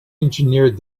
engineered